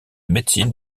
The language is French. médecine